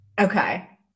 Okay